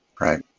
Right